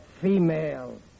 female